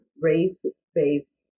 race-based